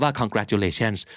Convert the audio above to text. congratulations